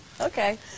Okay